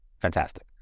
fantastic